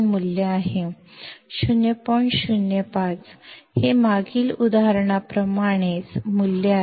05 ಅನ್ನು ನೀಡುತ್ತದೆ ಇದು ಹಿಂದಿನ ಉದಾಹರಣೆಯಂತೆಯೇ ಅದೇ ಮೌಲ್ಯವಾಗಿದೆ